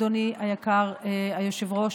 אדוני היקר היושב-ראש,